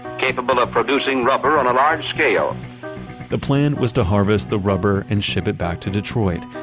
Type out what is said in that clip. capable of producing rubber on a large scale the plan was to harvest the rubber and ship it back to detroit,